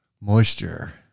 moisture